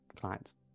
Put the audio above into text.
clients